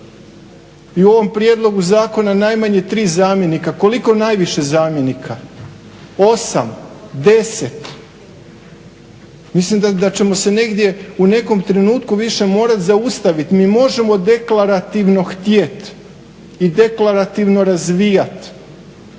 I u ovom prijedlogu zakona najmanje ti zamjenika. Koliko najviše zamjenik? 8, 10? Mislim da ćemo se negdje u nekom trenutku više morati zaustaviti. Mi možemo deklarativno htjet i deklarativno razvijati